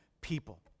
people